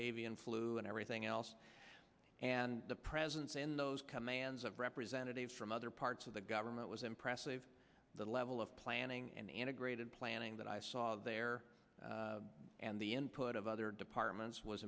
and flu and everything else and the presidents in those commands of representatives from other parts of the government was impressive the level of planning and a great in planning that i saw there and the input of other departments was